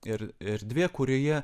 ir erdvė kurioje